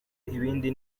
ibindi